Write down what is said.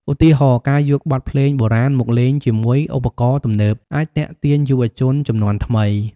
ឧទាហរណ៍ ការយកបទភ្លេងបុរាណមកលេងជាមួយឧបករណ៍ទំនើបអាចទាក់ទាញយុវជនជំនាន់ថ្មី។